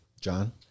john